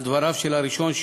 על דבריו של הראשון",